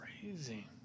crazy